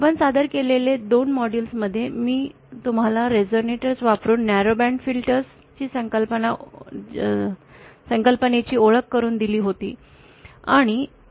आपण सादर केलेल्या 2 मॉड्यूल्समध्ये मी तुम्हाला रेझोनेटर वापरुन न्यारो बँड फिल्टर्स संकल्पनेची ओळख करून दिली होती